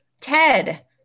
Ted